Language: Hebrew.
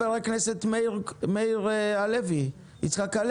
אני מוריד את הכובע בפני חבר הכנסת מאיר יצחק הלוי.